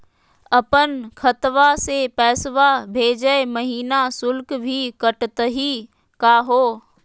अपन खतवा से पैसवा भेजै महिना शुल्क भी कटतही का हो?